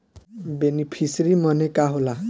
Beneficiary मने का होला?